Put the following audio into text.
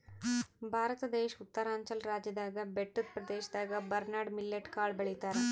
ಭಾರತ ದೇಶ್ ಉತ್ತರಾಂಚಲ್ ರಾಜ್ಯದಾಗ್ ಬೆಟ್ಟದ್ ಪ್ರದೇಶದಾಗ್ ಬರ್ನ್ಯಾರ್ಡ್ ಮಿಲ್ಲೆಟ್ ಕಾಳ್ ಬೆಳಿತಾರ್